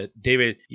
David